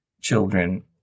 children